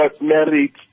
married